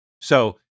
So-